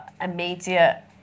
immediate